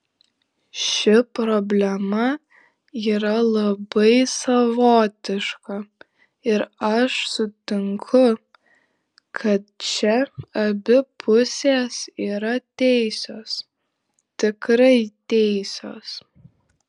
ši problema yra labai savotiška ir aš sutinku kad čia abi pusės yra teisios tikrai teisios